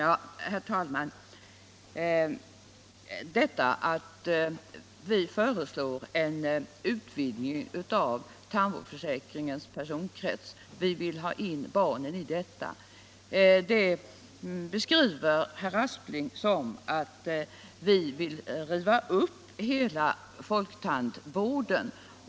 Herr talman! Detta att vi föreslår en utvidgning av tandvårdsförsäkringens personkrets och vill ha in barnen i den beskriver herr Aspling som att vi vill riva upp hela folktandvården.